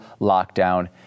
lockdown